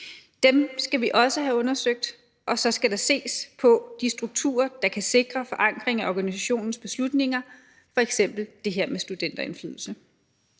Dem skal vi også have undersøgt, og så skal der ses på de strukturer, der kan sikre forankring af organisationens beslutninger, f.eks. det her med studenterindflydelse.